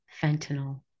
fentanyl